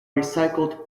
recycled